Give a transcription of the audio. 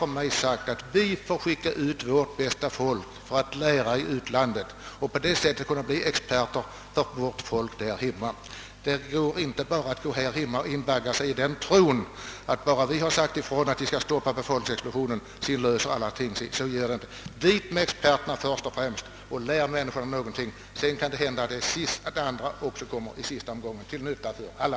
De har sagt att u-länderna måste skicka ut sina bästa krafter för att lära i utlandet och på det sättet kunna bli experter där hemma. Det går alltså inte för oss att invagga oss i tron att bara vi har sagt ifrån att de skall stoppa befolkningsexplosionen så löser sig alla problemen. Utbilda först och främst experter som kan lära människorna någonting! Sedan kan det hända att befolkningsexplosionen i sista omgången kan stoppas, till nytta för alla.